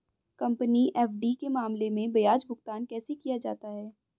Company FD के मामले में ब्याज भुगतान कैसे किया जाता है?